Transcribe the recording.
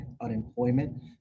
unemployment